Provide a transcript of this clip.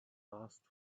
asked